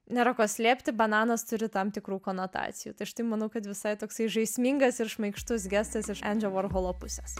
nėra ko slėpti bananas turi tam tikrų konotacijų tai štai manau kad visai toksai žaismingas ir šmaikštus gestas iš endžio vorholo pusės